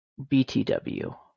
BTW